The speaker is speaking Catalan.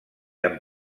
amb